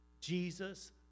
Jesus